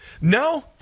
No